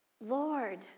Lord